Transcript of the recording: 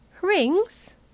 Rings